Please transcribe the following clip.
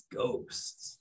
ghosts